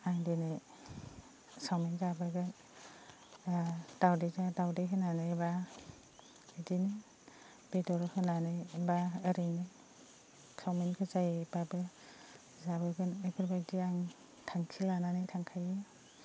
आं दिनै साउमिन जाबोगोन बा दावदैजों दावदै होनानै बा बिदिनो बेदर होनानै बा ओरैनो चाउमिनखौ जायोबाबो जाबोगोन बेफोरबायदि आं थांखि लानानै थांखायो